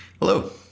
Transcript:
Hello